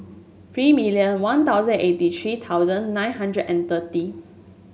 three million One Thousand eighty three thousand nine hundred and thirty